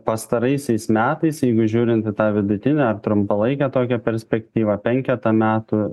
pastaraisiais metais jeigu žiūrint į tą vidutinę ar trumpalaikę tokią perspektyvą penketą metų